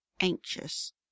anxious